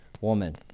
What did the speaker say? woman